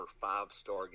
five-star